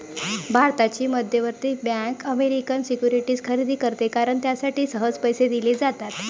भारताची मध्यवर्ती bank American securities खरेदी करते कारण त्यासाठी सहज पैसे दिले जातात